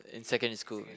in secondary school